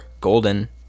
Golden